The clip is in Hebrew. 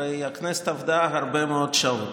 הרי הכנסת עבדה הרבה מאוד שעות.